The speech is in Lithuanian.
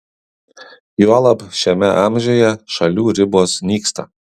juolab šiame amžiuje šalių ribos nyksta